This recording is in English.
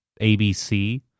ABC